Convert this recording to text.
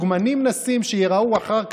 דודי אמסלם רוצה שעתיים וחצי במקום סופר.